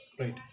right